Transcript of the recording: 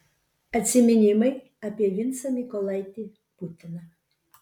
atsiminimai apie vincą mykolaitį putiną